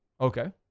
Okay